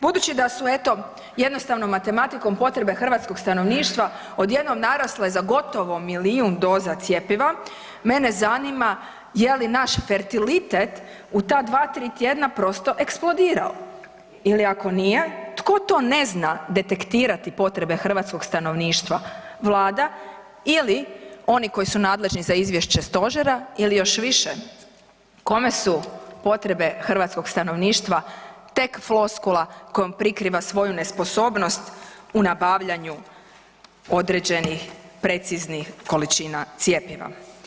Budući da su eto jednostavnom matematikom potrebe hrvatskog stanovništva odjednom narasle za gotovo milijun doza cjepiva, mene zanima je li naš fertilitet u ta 2-3 tjedna prosto eksplodirao ili ako nije tko to ne zna detektirati potrebe hrvatskog stanovništva, vlada ili oni koji su nadležni za izvješće stožera ili još više kome su potrebe hrvatskog stanovništva tek floskula kojom prikriva svoju nesposobnost u nabavljanju određenih preciznih količina cjepiva?